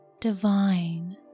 Divine